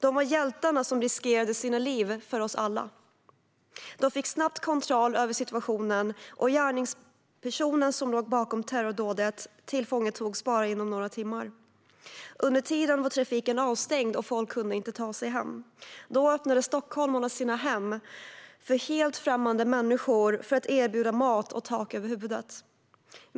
De var hjältarna som riskerade sina liv för oss alla. De fick snabbt kontroll över situationen, och gärningspersonen som låg bakom terrordådet tillfångatogs inom bara några timmar. Under tiden var trafiken avstängd, och folk kunde inte ta sig hem. Då öppnade stockholmarna sina hem för helt främmande människor och erbjöd tak och mat över huvudet.